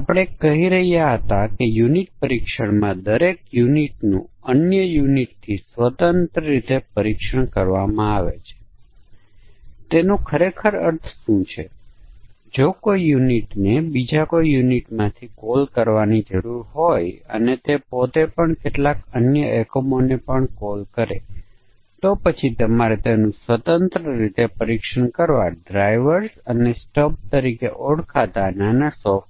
આપણે કહી રહ્યા છીએ કે અહીં સમાનતાવાળા પાર્ટીશનમાં મુખ્ય સમસ્યા બરાબર વર્ગોની રચના કરવાની છે અને એકવાર આપણે સમકક્ષ વર્ગોની રચના કરી લીધા પછી દરેક સમકક્ષ વર્ગમાંથી એક મૂલ્ય પસંદ કરવાનું કામ તો સીધું છે અને સમકક્ષ વર્ગોની કોઈ બાઉન્ડ્રી છે કે કેમ તે